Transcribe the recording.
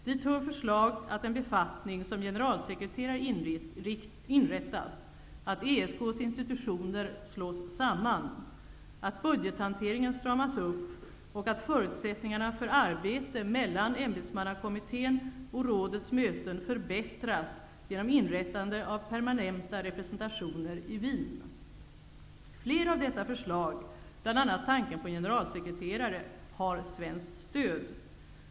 Dit hör förslag att en befattning som generalsekreterare inrättas, att ESK:s institutioner slås samman, att budgethanteringen stramas upp och att förutsättningarna för arbete mellan ämbetsmannakommittens och rådets möten förbättras genom inrättande av permanenta representationer i Wien. Flera av dessa förslag, bl.a. tanken på generalsekreterare, har svenskt stöd.